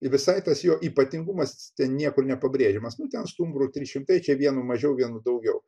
visai tas jo ypatingumas ten niekur nepabrėžiamas nu ten stumbrų trys šimtai čia vienu mažiau vienu daugiau